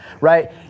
right